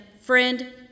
Friend